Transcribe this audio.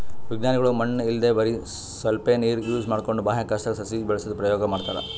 ವಿಜ್ಞಾನಿಗೊಳ್ ಮಣ್ಣ್ ಇಲ್ದೆ ಬರಿ ಸ್ವಲ್ಪೇ ನೀರ್ ಯೂಸ್ ಮಾಡ್ಕೊಂಡು ಬಾಹ್ಯಾಕಾಶ್ದಾಗ್ ಸಸಿ ಬೆಳಸದು ಪ್ರಯೋಗ್ ಮಾಡ್ತಾರಾ